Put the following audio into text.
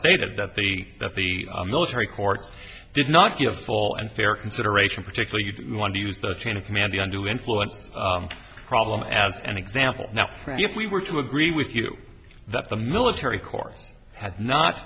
stated that they that the military courts did not give full and fair consideration particular you want to use the chain of command the under the influence problem as an example now if we were to agree with you that the military